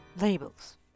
Labels